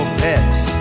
pets